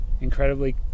incredibly